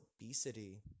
obesity